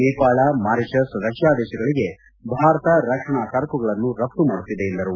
Nepal Mauritius Russia ದೇಶಗಳಿಗೆ ಭಾರತ ರಕ್ಷಣಾ ಸರಕುಗಳನ್ನು ರಫ್ತು ಮಾಡುತ್ತಿದೆ ಎಂದರು